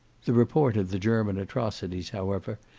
the report of the german atrocities, however,